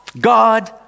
God